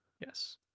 Yes